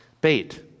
Bait